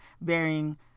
varying